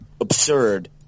absurd